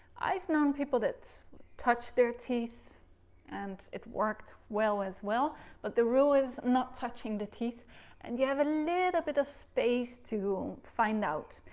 i've known people that touch their teeth and it worked well as well but the rule is not touching the teeth and you have a little bit of space to find out.